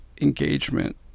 engagement